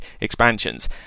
expansions